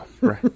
Right